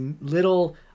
little